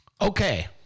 Okay